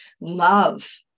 love